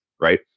Right